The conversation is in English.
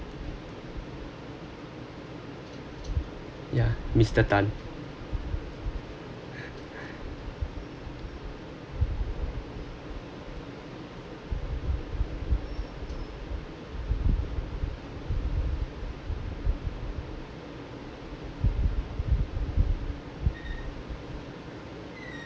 yeah mister tan